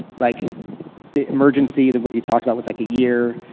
like the emergency, the book you talked about was like a year.